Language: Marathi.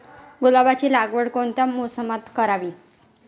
गुलाबाची लागवड कोणत्या मोसमात करावी?